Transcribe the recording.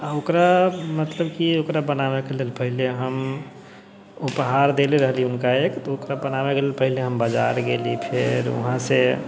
आओर ओकरा मतलब की ओकरा बनाबैके लेल पहिले हम उपहार देले रहली हुनका एक तऽ ओकरा बनाबैके लेल पहिले हम बाजार गेली फेर वहाँसँ